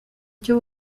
icyo